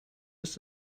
ist